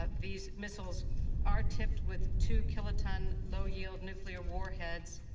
ah these missiles are tipped with two-kiloton, low-yield nuclear warheads.